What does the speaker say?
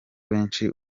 benshi